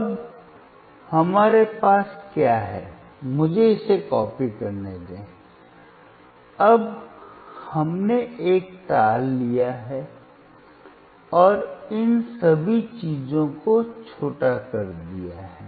अब हमारे पास क्या है मुझे इसे कॉपी करने दें अब हमने एक तार लिया है और इन सभी चीजों को छोटा कर दिया है